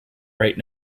right